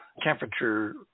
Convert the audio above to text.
temperature